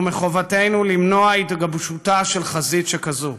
ומחובתנו למנוע התגבשותה של חזית שכזו.